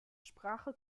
sprache